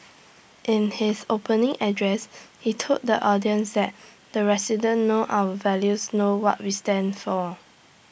in his opening address he told the audience that the residents know our values know what we stand for